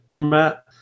format